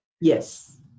Yes